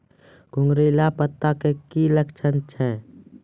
घुंगरीला पत्ता के की लक्छण छै?